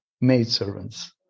maidservants